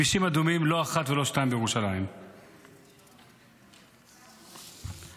יש כבישים אדומים בירושלים, לא אחד ולא שניים.